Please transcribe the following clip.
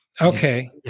Okay